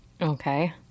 Okay